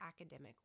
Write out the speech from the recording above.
academic